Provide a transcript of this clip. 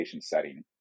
setting